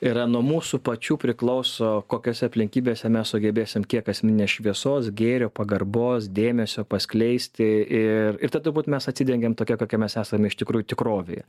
yra nuo mūsų pačių priklauso kokiose aplinkybėse mes sugebėsim kiek asmeninės šviesos gėrio pagarbos dėmesio paskleisti ir ir tada būt mes atsidengiam tokie kokie mes esam iš tikrųjų tikrovėje